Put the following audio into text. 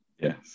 Yes